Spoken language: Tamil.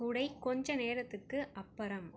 குடை கொஞ்சம் நேரத்துக்கு அப்புறம்